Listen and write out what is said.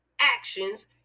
actions